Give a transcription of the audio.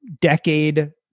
decade